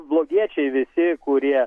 blogiečiai visi kurie